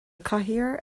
cathaoir